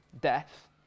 death